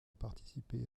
participé